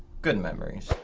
good memories.